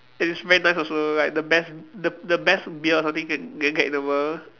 and it's very nice also like the best the the best beer or something can can get in the world